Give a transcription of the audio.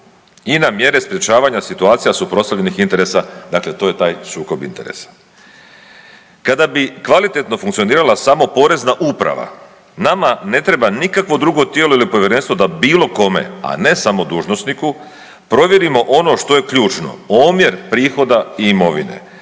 i na mjere sprječavanja situacija suprotstavljenih interesa, dakle to je taj sukob interesa. Kada bi kvalitetno funkcionirala samo Porezna uprava, nama ne treba nikakvo drugo tijelo ili povjerenstvo da bilo kome, a ne samo dužnosniku, provjerimo ono što je ključno, omjer prihoda i imovine.